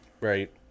Right